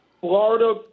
Florida